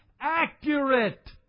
accurate